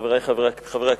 חברי חברי הכנסת,